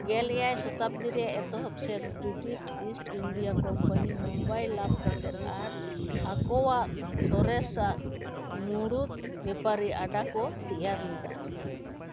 ᱜᱮᱞ ᱮᱭᱟᱭ ᱥᱚᱛᱟᱵᱽᱫᱤ ᱨᱮᱭᱟᱜ ᱮᱛᱚᱦᱚᱵ ᱥᱮᱫ British East India company Mumbai ᱞᱟᱵᱷ ᱠᱟᱛᱮᱫ ᱟᱨ ᱟᱠᱚᱣᱟᱜ ᱥᱚᱨᱮᱥᱟᱜ ᱢᱩᱲᱩᱫ ᱵᱮᱯᱟᱨᱤ ᱟᱰᱟ ᱠᱚ ᱛᱮᱭᱟᱨ ᱞᱮᱫᱟ